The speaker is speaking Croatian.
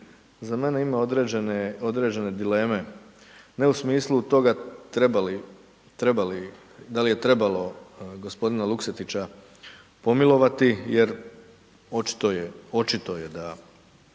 za mene ima određene dileme, ne u smislu toga treba li, da li je trebalo g. Luksetića pomilovati jer očito je da